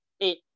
eight